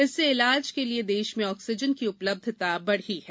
इससे इलाज़ के लिए देश में ऑक्सीजन की उपलब्धता बढ़ी है